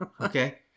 Okay